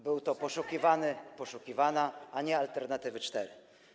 był to film „Poszukiwany, poszukiwana”, a nie „Alternatywy 4”